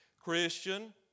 Christian